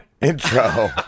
intro